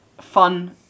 fun